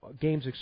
games